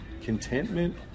contentment